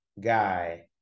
guy